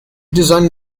designed